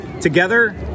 together